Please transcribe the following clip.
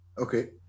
Okay